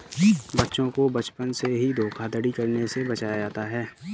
बच्चों को बचपन से ही धोखाधड़ी करने से बचाया जाता है